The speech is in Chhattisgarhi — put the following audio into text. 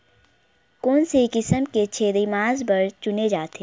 कोन से किसम के छेरी मांस बार चुने जाथे?